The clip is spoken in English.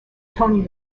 tony